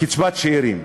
קצבת שאירים.